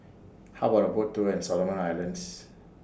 How about A Boat Tour in Solomon Islands